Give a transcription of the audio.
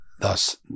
thus